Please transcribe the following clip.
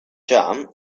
jam